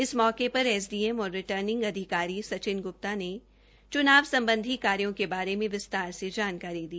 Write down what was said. इस मौके पर एसडीएम और रिटर्निंग अधिकारी सचिन गुप्ता ने चुनाव संबंधी कार्यों के बारे में विस्तार से जानकारी दी